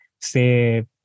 say